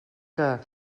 que